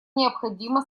необходима